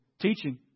Teaching